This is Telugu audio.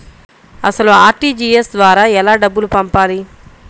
అసలు అర్.టీ.జీ.ఎస్ ద్వారా ఎలా డబ్బులు పంపాలి?